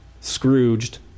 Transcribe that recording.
Scrooged